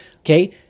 okay